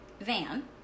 van